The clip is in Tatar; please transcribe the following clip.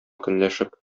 көнләшеп